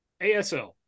ASL